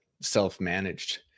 self-managed